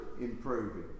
improving